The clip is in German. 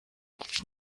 gibt